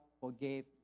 forgave